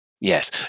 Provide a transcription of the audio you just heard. Yes